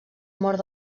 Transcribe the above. mort